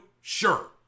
Sure